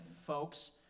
folks